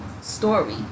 story